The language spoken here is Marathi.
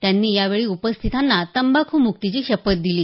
त्यांनी यावेळी उपस्थितांना तंबाख् मुक्तीची शपथ दिली